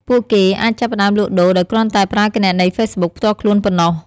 ពួកគេអាចចាប់ផ្តើមលក់ដូរដោយគ្រាន់តែប្រើគណនីហ្វេសប៊ុកផ្ទាល់ខ្លួនប៉ុណ្ណោះ។